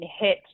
hit